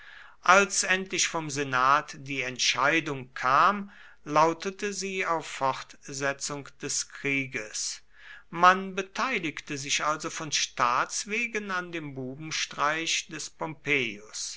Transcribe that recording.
als endlich vom senat die entscheidung kam lautete sie auf fortsetzung des krieges man beteiligte sich also von staats wegen an dem bubenstreich des